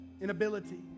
inability